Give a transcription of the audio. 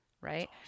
Right